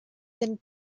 than